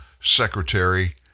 secretary